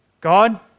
God